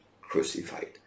crucified